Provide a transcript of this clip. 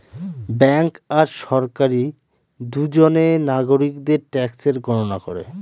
bank আর সরকারি দুজনে নাগরিকদের ট্যাক্সের গণনা করে